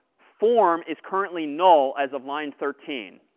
form is currently null as of line thirteen.